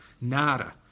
Nada